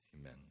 amen